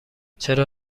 چرا